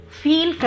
feel